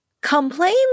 complain